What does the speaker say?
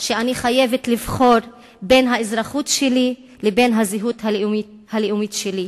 שאני חייבת לבחור בין האזרחות שלי לבין הזהות הלאומית שלי.